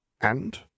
And